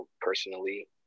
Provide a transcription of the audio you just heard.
personally